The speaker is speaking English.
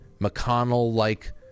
McConnell-like